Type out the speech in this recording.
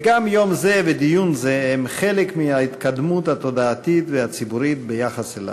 וגם יום זה ודיון זה הם חלק מההתקדמות התודעתית והציבורית ביחס אליו.